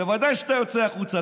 בוודאי שאתה יוצא החוצה,